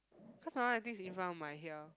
because my one I think it's in front of my here